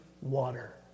water